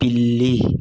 పిల్లి